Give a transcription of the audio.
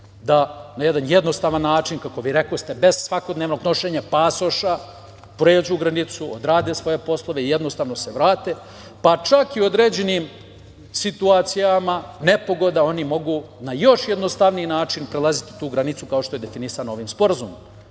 da na jedan jednostavan način, kako vi rekoste, bez svakodnevnog nošenja pasoša, pređu granicu, odrade svoje poslove i jednostavno se vrate, pa čak i u određenim situacijama nepogoda oni mogu na još jednostavniji način prelaziti tu granicu, kao što je definisano ovim sporazumom.